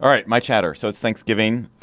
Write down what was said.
all right. my chatter. so it's thanksgiving.